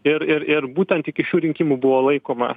ir ir ir būtent iki šių rinkimų buvo laikoma